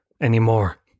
anymore